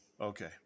Okay